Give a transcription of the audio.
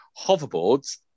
hoverboards